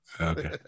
Okay